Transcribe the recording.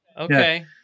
Okay